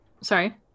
Sorry